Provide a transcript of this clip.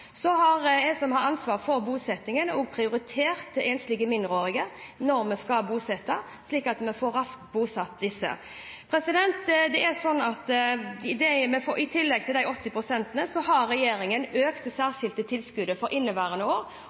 har som ansvarlig for bosetting prioritert enslige mindreårige når vi skal bosette, slik at vi får bosatt dem raskt. I tillegg til de 80 pst. har regjeringen økt det særskilte tilskuddet for inneværende år